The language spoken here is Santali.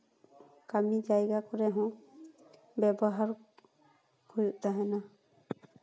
ᱠᱟᱹᱢᱤ ᱡᱟᱭᱜᱟ ᱠᱚᱨᱮ ᱦᱚᱸ ᱵᱮᱵᱚᱦᱟᱨ ᱦᱩᱭᱩᱜ ᱛᱟᱦᱮᱱᱟ